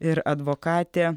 ir advokatė